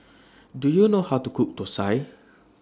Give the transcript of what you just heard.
Do YOU know How to Cook Thosai